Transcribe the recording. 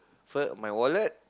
first my wallet